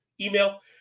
email